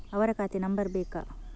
ಅವರ ಖಾತೆ ನಂಬರ್ ಬೇಕಾ?